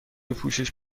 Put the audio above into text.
پوشش